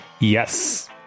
Yes